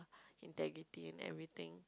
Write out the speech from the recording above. integrity and everything